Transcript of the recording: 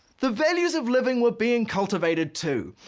the values of living were being cultivated too.